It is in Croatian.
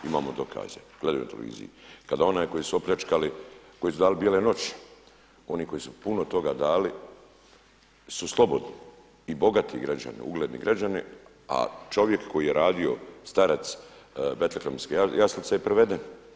Imamo dokaze, gledaju na televiziji, kada onaj koji su opljačkali, koji su dali Bijele noći oni koji su puno toga dali su slobodni i bogati građani, ugledni građani, a čovjek koji je radio starac Betlehemske jaslice je priveden.